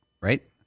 right